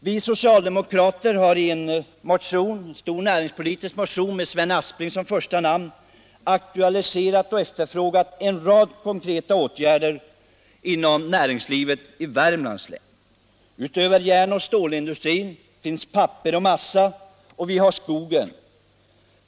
Vi socialdemokrater har i en stor näringspolitisk motion, med Sven Aspling som första namn, aktualiserat och efterfrågat en rad konkreta åtgärder inom näringslivet i Värmlands län. Utöver järn och stålindustrin finns papper och massa, och vi har skogen.